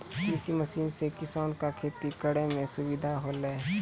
कृषि मसीन सें किसान क खेती करै में सुविधा होलय